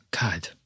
God